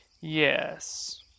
yes